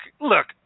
look